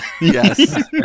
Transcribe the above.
yes